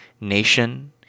Nation